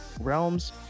realms